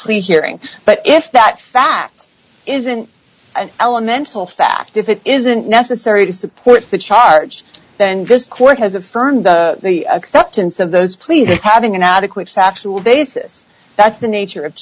plea hearing but if that fact isn't an elemental fact if it isn't necessary to support the charge then this court has affirmed the acceptance of those pleas having inadequate factual basis that's the nature of